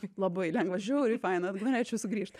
taip labai lengva žiauriai faina ir norėčiau sugrįžt